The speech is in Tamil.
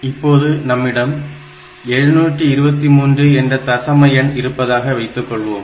இப்போது நம்மிடம் 723 என்ற ஒரு தசம எண் இருப்பதாக வைத்துக்கொள்வோம்